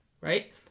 Right